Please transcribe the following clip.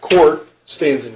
court stays in